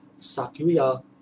Sakuya